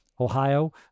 Ohio